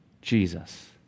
Jesus